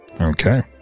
okay